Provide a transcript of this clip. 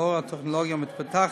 לאור הטכנולוגיה המתפתחת,